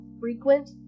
frequent